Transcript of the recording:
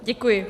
Děkuji.